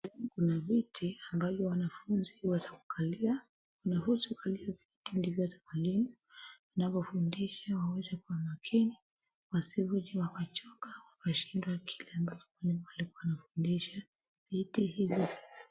Kuna viti ambavyo wanafunzi huweza kukalia wanahusu kukalia viti ndivyo weze kulean wanapofundisha waweze kuwa makini wasirudi wakachoka wakashindwa kile ambacho mwalimu alikuwa anafundisha viti hivi